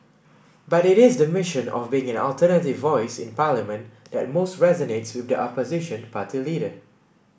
but it is the mission of being an alternative voice in Parliament that most resonates with the opposition party leader